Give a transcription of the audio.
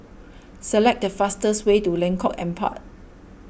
select the fastest way to Lengkok Empat